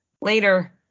Later